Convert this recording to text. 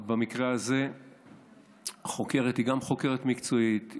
גם במקרה הזה החוקרת היא חוקרת מקצועית,